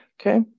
Okay